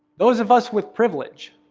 those of us with privilege,